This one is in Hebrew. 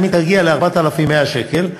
אם היא תגיע ל-4,100 שקל,